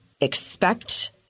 expect